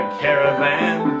caravan